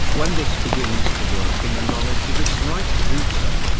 when this begins to work in the knowledge of its right to do so,